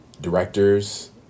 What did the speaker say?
directors